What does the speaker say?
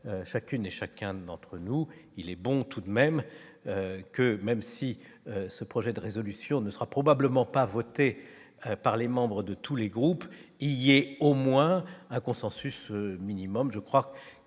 chacune et chacun d'entre nous, il est bon tout de même que, même si ce projet de résolution ne sera probablement pas votée par les membres de tous les groupes, il y a au moins un consensus minimum, je crois